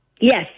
Yes